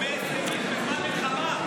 יש פה 120 איש בזמן מלחמה.